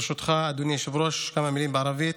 ברשותך, אדוני היושב-ראש, כמה מילים בערבית